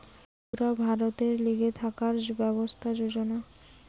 পুরা ভারতের লিগে থাকার ব্যবস্থার যোজনা